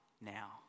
now